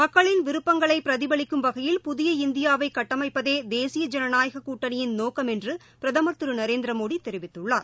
மக்களின் விருப்பங்களைபிரதிபலிக்கும் வகையில் புதிய இந்தியாவைகட்டமைப்பதேதேசிய ஜனநாயகக் கூட்டணியின் நோக்கம் என்றுபிரதமர் திருநரேந்திரமோடிதெரிவித்துள்ளார்